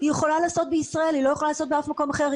היא יכולה לעשות בישראל אבל היא לא יכולה לעשות באף מקום אחר.